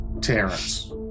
Terrence